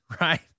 right